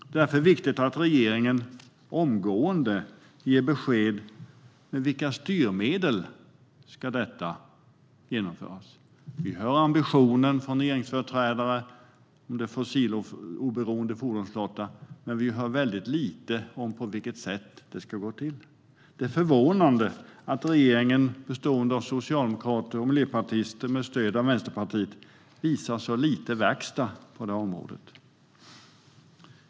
Det är därför viktigt att regeringen omgående ger besked om med vilka styrmedel detta ska genomföras. Vi hör ambitionen från regeringsföreträdare om en fossiloberoende fordonsflotta, men vi hör väldigt lite om på vilket sätt det ska gå till. Det är förvånande att regeringen bestående av Socialdemokraterna och Miljöpartiet med stöd av Vänsterpartiet visar så lite verkstad på området.